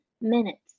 minutes